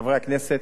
חברי הכנסת,